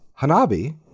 Hanabi